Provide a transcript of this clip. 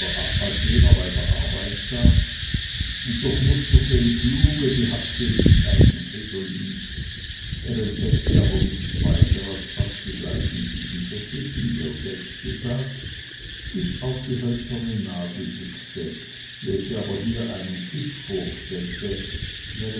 als jener bei der arbeit saß und durchmusterte im fluge die habseligkeiten fridolins er entdeckte aber nichts weiter als fast die gleichen siebensächelchen die er selbst besaß bis auf die hölzerne nadelbüchse welche aber hier einen fisch vorstellte während